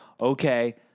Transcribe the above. okay